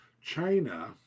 China